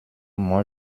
moi